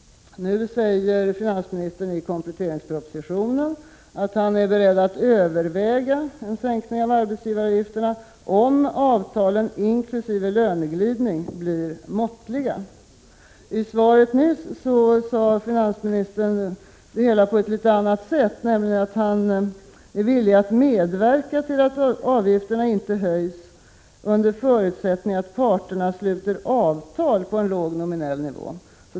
Nu säger finansministern i kompletteringspropositionen att han är beredd att överväga en sänkning av arbetsgivaravgifterna om avtalen inkl. löneglidning blir måttliga. I svaret nyss uttryckte finansministern det hela på ett något annorlunda sätt, nämligen att han är villig att medverka till att avgifterna inte höjs under förutsättning att parterna sluter avtal på en låg nominell nivå.